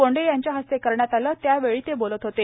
बोंडे यांच्या हस्ते करण्यात आले त्यावेळी ते बोलत होते